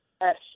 Yes